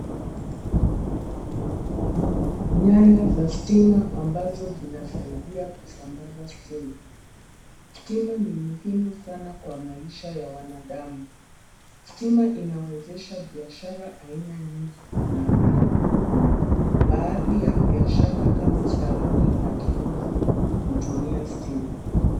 Nyaya za stima ambazo zinasaidia kusambaza stima. Stima ni muhimu sana kwa maisha ya wanadamu. Stima inawezesha biashara aina nyingi kunawiri. Baadhi ya biashara kama saluni na kinyozi hutumia stima.